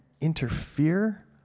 interfere